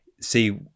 See